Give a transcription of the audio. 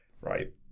right